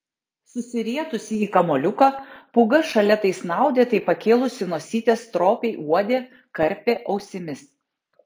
susirietusi į kamuoliuką pūga šalia tai snaudė tai pakėlusi nosytę stropiai uodė karpė ausimis